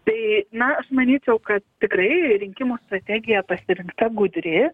tai na aš manyčiau kad tikrai rinkimų strategija pasirinkta gudri